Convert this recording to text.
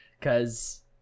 Cause